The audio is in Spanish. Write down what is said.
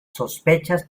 sospechas